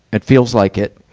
it feels like it,